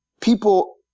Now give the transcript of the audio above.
people